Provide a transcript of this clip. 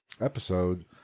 episode